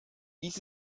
dies